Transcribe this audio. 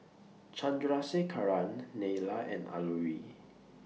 Chandrasekaran Neila and Alluri